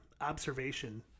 observation